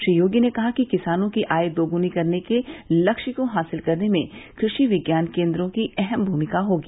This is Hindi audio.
श्री योगी ने कहा कि किसानों की आय दोगुनी करने के लक्ष्य को हासिल करने में कृषि विज्ञान केन्द्रों की अहम भूमिका होगी